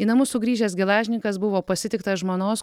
į namus sugrįžęs gelažnikas buvo pasitiktas žmonos